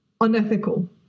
unethical